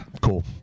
Cool